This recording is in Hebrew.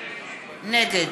נגד